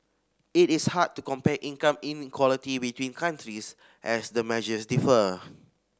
it is hard to compare income inequality between countries as the measures differ